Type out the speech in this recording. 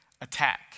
attack